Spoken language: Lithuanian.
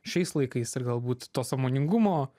šiais laikais ir galbūt to sąmoningumo